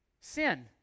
Sin